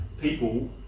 people